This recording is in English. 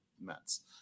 Mets